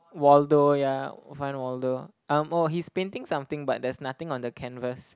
Waldo yeah find Waldo I'm oh he's pending something but there's nothing on the canvas